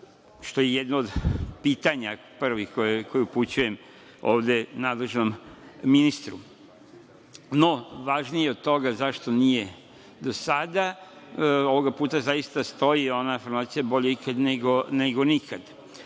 što je jedno od pitanja, prvog koje upućujem ovde nadležnom ministru. Ali, važnije od toga, zašto nije do sada, ovoga puta zaista stoji ona formacija – Bolje ikad, neko nikad.